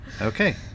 Okay